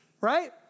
right